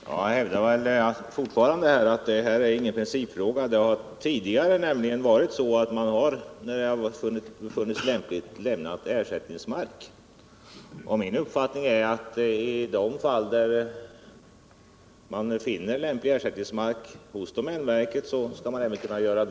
Herr talman! Jag hävdar fortfarande att det här inte är någon principfråga. Tidigare har det lämnats ersättningsmark när så varit lämpligt, och min uppfattning är att i de fall där man finner lämplig ersättningsmark hos domänverket skall man kunna utnyttja sådan.